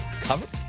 Cover